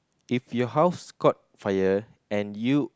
if your house caught fire and you